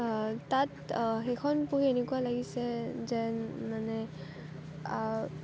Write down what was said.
তাত সেইখন পঢ়ি এনেকুৱা লাগিছে যেন মানে